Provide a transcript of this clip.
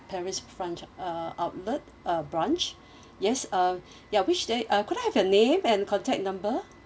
paris france uh outlet uh branch yes uh ya which day uh could I have your name and contact number